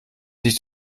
sich